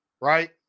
right